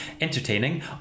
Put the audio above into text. entertaining